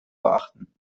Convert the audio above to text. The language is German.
beachten